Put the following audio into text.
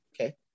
okay